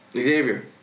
Xavier